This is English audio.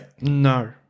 No